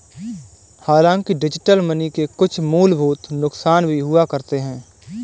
हांलाकि digital money के कुछ मूलभूत नुकसान भी हुआ करते हैं